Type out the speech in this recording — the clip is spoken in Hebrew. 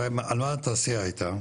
הרי על מה התעשייה הייתה,